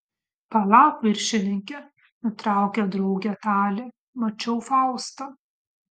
palauk viršininke nutraukė draugę talė mačiau faustą